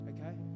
Okay